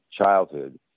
childhood